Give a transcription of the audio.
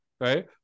Right